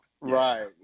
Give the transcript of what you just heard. right